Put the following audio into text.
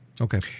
Okay